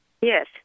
Yes